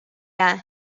jää